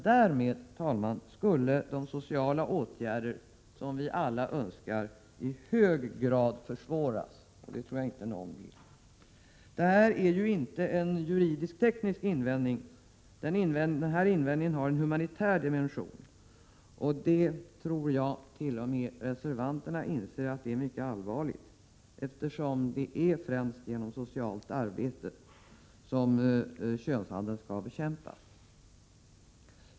Därmed skulle de sociala åtgärder som vi alla önskar i hög grad försvåras, och det tror jag inte någon vill. Det här är inte en juridisk-teknisk invändning, utan den har en humanitär dimension. Jag tror attt.o.m. reservanterna inser att det är mycket allvarligt — det är främst genom socialt arbete som könshandeln skall bekämpas.